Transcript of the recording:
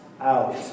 out